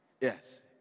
Yes